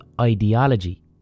ideology